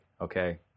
Okay